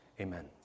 Amen